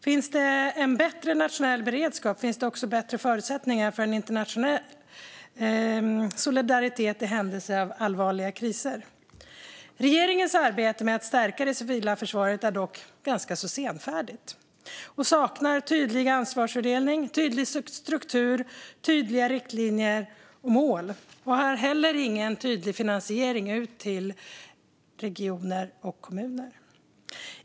Finns det en bättre nationell beredskap finns det också bättre förutsättningar för internationell solidaritet i händelse av allvarliga kriser. Regeringens arbete med att stärka det civila förvaret är dock ganska senfärdigt och saknar tydlig ansvarsfördelning, tydlig struktur, tydliga riktlinjer och mål och har heller ingen tydlig finansiering ut till regioner och kommuner.